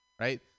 right